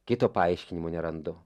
kito paaiškinimo nerandu